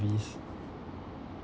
movies